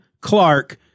Clark